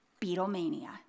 Beatlemania